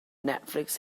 netflix